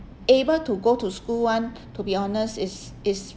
able to go to school [one] to be honest is is